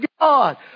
God